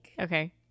okay